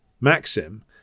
maxim